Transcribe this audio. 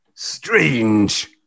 Strange